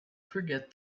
forget